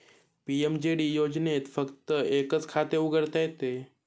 PMJD योजनेत फक्त एकच खाते उघडता येते